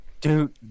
dude